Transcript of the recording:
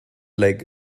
leg